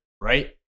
right